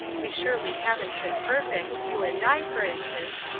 we surely haven't been perfect, you and i, for instance,